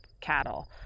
cattle